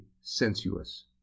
sensuous